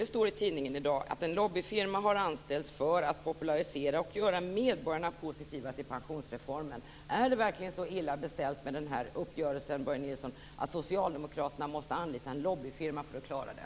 Det står i tidningen i dag att en lobbyfirma har anställts för att popularisera pensionsreformen och göra medborgarna positiva till den. Är det verkligen så illa ställt med den här uppgörelsen, Börje Nilsson, att socialdemokraterna måste anlita en lobbyfirma för att klara det?